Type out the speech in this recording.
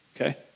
okay